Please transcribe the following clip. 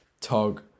Tog